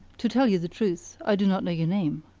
to tell you the truth, i do not know your name.